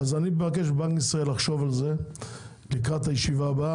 אז אני מבקש מבנק ישראל לחשוב על זה לקראת הישיבה הבאה,